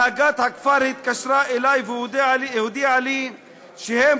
הנהגת הכפר התקשרה אלי והודיעה לי שהם